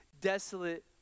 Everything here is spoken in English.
desolate